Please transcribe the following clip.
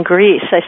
Greece